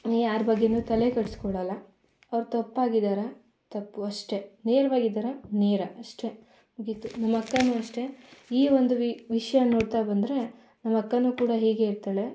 ನೀನು ಯಾರ ಬಗ್ಗೆಯೂ ತಲೆ ಕೆಡಿಸ್ಕೊಳೋಲ್ಲ ಅವ್ರು ತಪ್ಪಾಗಿದ್ದಾರ ತಪ್ಪು ಅಷ್ಟೇ ನೇರವಾಗಿದ್ದಾರ ನೇರ ಅಷ್ಟೇ ಮುಗೀತು ನಮ್ಮಕ್ಕನೂ ಅಷ್ಟೇ ಈ ಒಂದು ವಿಷಯ ನೋಡ್ತಾ ಬಂದರೆ ನಮ್ಮಕ್ಕನೂ ಕೂಡ ಹೀಗೆ ಇರ್ತಾಳೆ